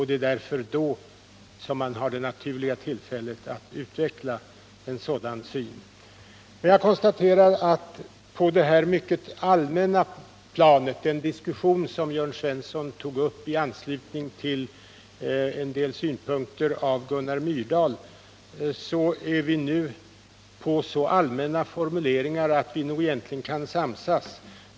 Det är då man har det naturliga tillfället att utveckla sin syn på dessa frågor. Vad gäller den diskussion som Jörn Svensson tog upp i anslutning till en del synpunkter som framförts av Gunnar Myrdal, så konstaterar jag att vi är inne på så allmänna formuleringar att vi nog egentligen kan samsas.